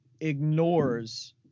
ignores